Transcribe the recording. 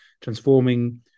transforming